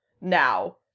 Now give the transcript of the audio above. Now